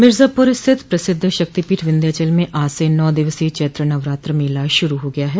मिर्जापुर स्थित प्रसिद शक्तिपीठ विंध्याचल में आज से नौ दिवसीय चैत्र नवरात्र मेला शुरू हो गया है